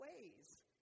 ways